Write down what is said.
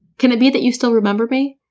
can it be that you still remember me?